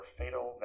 fatal